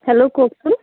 hello কওকচোন